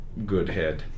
Goodhead